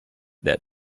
that